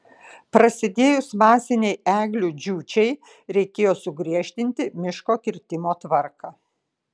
prasidėjus masinei eglių džiūčiai reikėjo sugriežtinti miško kirtimo tvarką